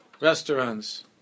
Restaurants